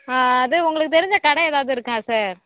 அது உங்களுக்கு தெரிஞ்ச கடை எதாவது இருக்கா சார்